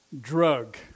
drug